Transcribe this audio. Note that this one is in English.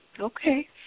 Okay